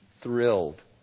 thrilled